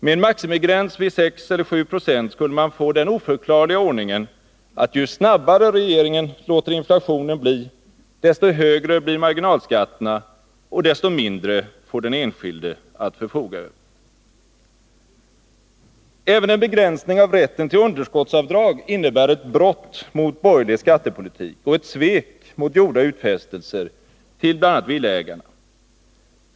Med en maximigräns vid 6 eller 7 90 skulle man få den oförklarliga ordningen att ju snabbare regeringen låter inflationen bli, desto högre blir marginalskatterna och desto mindre får den enskilde att förfoga över. Även en begränsning av rätten till underskottsavdrag innebär ett brott mot borgerlig skattepolitik och ett svek mot gjorda utfästelser till bl.a. villaägarna.